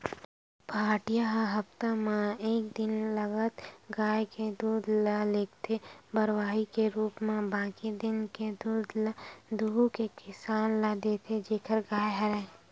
पहाटिया ह हप्ता म एक दिन लगत गाय के दूद ल लेगथे बरवाही के रुप म बाकी दिन के दूद ल दुहू के किसान ल देथे जेखर गाय हरय